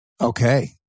Okay